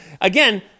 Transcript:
Again